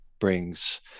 brings